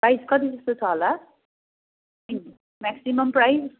price कति जस्तो छ होला म्याकसिमम् प्राइज